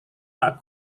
pak